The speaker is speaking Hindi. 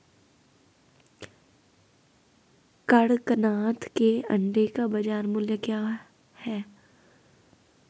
कड़कनाथ के अंडे का बाज़ार मूल्य क्या है?